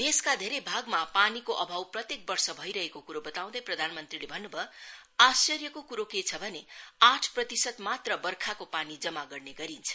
देशका धेरै भागमा पानीको अभाव प्रत्येक वर्ष भइरहेको क्रो बताउंदै प्रधान मंत्रीले भन्नुभयो आश्चर्यको कुरो के छ भने आठ प्रतिशत मात्र वर्खाको पानी जमा गर्ने गरिन्छ